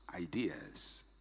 ideas